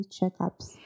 checkups